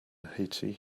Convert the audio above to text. haiti